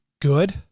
good